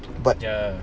but ah